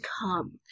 come